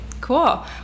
cool